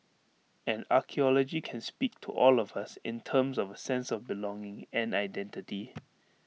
and archaeology can speak to all of us in terms of A sense of belonging and identity